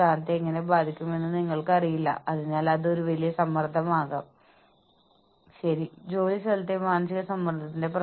നിങ്ങൾ ഇത്രയധികം ചെയ്യുമെന്ന് ഞാൻ പ്രതീക്ഷിക്കുന്നു അത് ജീവനക്കാരനും ഓർഗനൈസേഷനും തമ്മിൽ രൂപപ്പെടുന്ന ഒരു മാനസിക കരാറാണ്